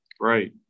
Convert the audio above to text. right